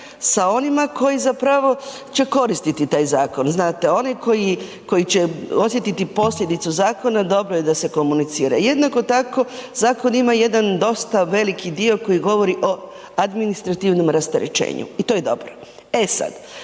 sa onima koji zapravo će koristiti taj zakon, znate, oni koji će osjetiti posljedicu zakona, dobro je da se komunicira. Jednako tako, zakon ima jedan dosta veliki dio koji govori o administrativnom rasterećenju i to je dobro. E sad,